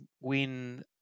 win